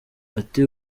ati